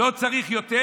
לא צריך יותר?